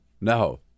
no